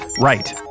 Right